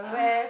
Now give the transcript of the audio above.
uh